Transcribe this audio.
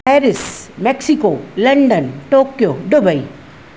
Paris Mexico London Tokyo Dubai